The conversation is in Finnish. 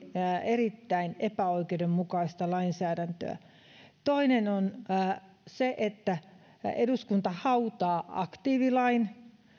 erittäin epäoikeudenmukaista lainsäädäntöä ja samalla korjaa ne toinen on se missä eduskunta hautaa aktiivilain